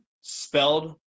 spelled